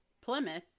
Plymouth